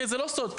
זה לא סוד,